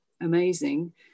amazing